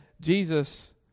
Jesus